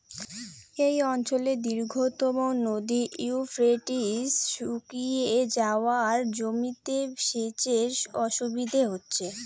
এই অঞ্চলের দীর্ঘতম নদী ইউফ্রেটিস শুকিয়ে যাওয়ায় জমিতে সেচের অসুবিধে হচ্ছে